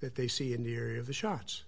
that they see in the area of the shots